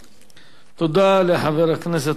תודה לחבר הכנסת אורי אורבך.